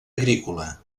agrícola